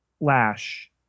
Lash